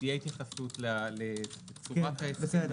שתהיה התייחסות לצורת ההסכם,